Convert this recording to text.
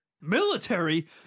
Military